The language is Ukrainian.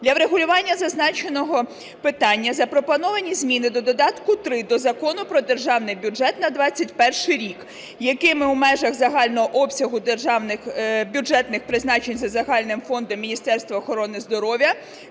Для врегулювання зазначеного питання запропоновані зміни до додатку 3 до Закону "Про Державний бюджет на 21-й рік", якими у межах загального обсягу державних бюджетних призначень за загальним фондом Міністерства охорони здоров'я